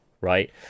right